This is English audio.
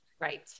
Right